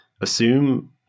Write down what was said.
assume